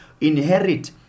inherit